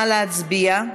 נא להצביע.